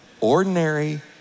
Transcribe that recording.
ordinary